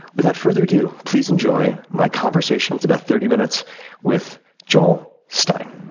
without further ado please enjoy my conversations, about thirty minutes with joel stein.